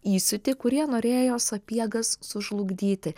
įsiūtį kurie norėjo sapiegas sužlugdyti